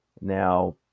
now